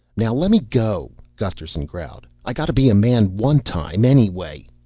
now lemme go, gusterson growled. i gotta be a man one time anyway.